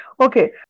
Okay